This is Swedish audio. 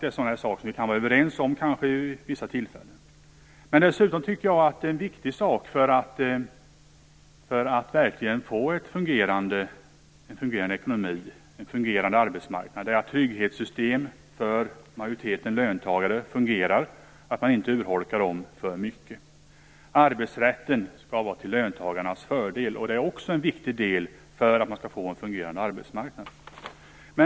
Det är saker som vi kan vara överens om vid vissa tillfällen. En annan viktig sak för att verkligen få en fungerande ekonomi och arbetsmarknad är att trygghetssystemen för majoriteten av löntagarna fungerar, och att man inte urholkar dem för mycket. Arbetsrätten skall vara till löntagarnas fördel. Det är också en viktig del för att man skall få en fungerande arbetsmarknad.